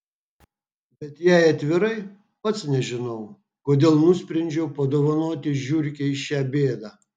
bet jei atvirai pats nežinau kodėl nusprendžiau padovanoti žiurkei šią bėdą